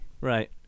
right